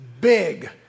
big